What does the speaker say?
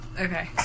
Okay